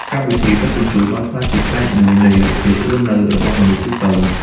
កម្មវិធីដឹកជញ្ជូន បានក្លាយជាផ្នែកមួយនៃរបៀបរស់នៅរបស់មនុស្សទូទៅ។